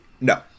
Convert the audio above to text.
No